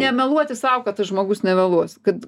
nemeluoti sau kad tas žmogus nevėluos kad